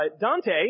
Dante